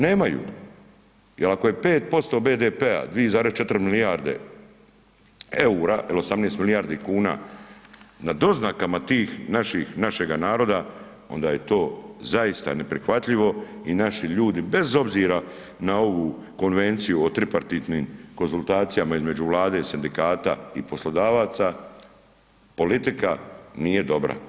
Nemaju jer ako je 5% BDP-a 2,4 milijarde eura ili 18 milijardi kuna na doznakama tih naših, našega naroda onda je to zaista neprihvatljivo i naši ljudi bez obzira na ovu Konvenciju o tripartitnim konzultacijama između Vlade, sindikata i poslodavaca politika nije dobra.